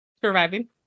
Surviving